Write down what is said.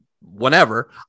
whenever